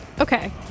okay